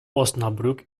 osnabrück